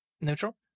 Neutral